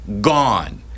gone